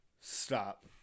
Stop